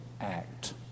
act